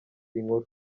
inkuru